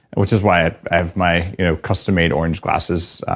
which is why i have my you know custom-made orange glasses,